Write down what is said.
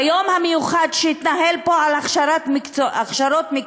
ביום המיוחד שהתנהל פה על הכשרות מקצועיות